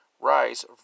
rise